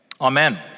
Amen